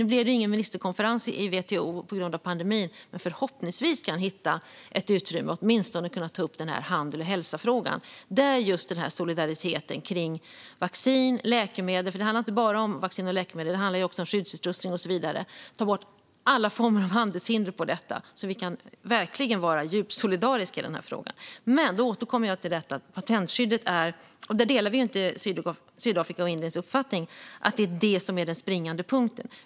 Nu blev det ingen ministerkonferens i WTO på grund av pandemin, men förhoppningsvis kan man hitta ett utrymme för att ta upp åtminstone frågan om handel och hälsa samt solidariteten kring vaccin och läkemedel. Men det handlar inte bara om vaccin och läkemedel, utan det handlar också om skyddsutrustning och så vidare och om att ta bort alla former av handelshinder för det så att vi kan vara djupt solidariska i denna fråga. Jag återkommer till patentskyddet. Där delar vi inte Sydafrikas och Indiens uppfattning att det är detta som är den springande punkten.